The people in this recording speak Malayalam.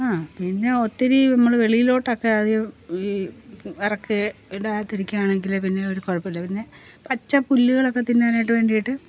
ആഹ് പിന്നെ ഒത്തിരി നമ്മൾ വെളിയിലോട്ടൊക്കെ അധികം ഇറക്കെ വിടാതിരിക്കുകയാണെങ്കിൽ പിന്നെ ഒരു കുഴപ്പവും ഇല്ല പിന്നെ പച്ച പുല്ലുകളൊക്കെ തിന്നാനായിട്ട് വേണ്ടിയിട്ട്